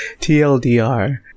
TLDR